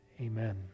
Amen